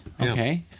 okay